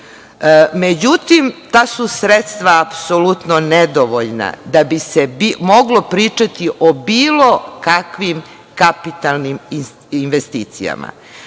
Međutim, ta su sredstva apsolutno nedovoljna da bi se moglo pričati o bilo kakvim kapitalnim investicijama.